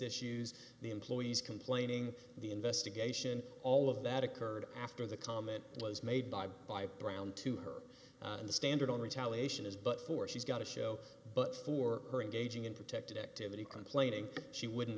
issues the employees complaining the investigation all of that occurred after the comment was made by by brown to her the standard on retaliation is but for she's got a show but for her engaging in protected activity complaining she wouldn't